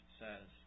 says